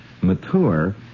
mature